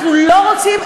אנחנו לא רוצים,